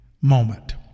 moment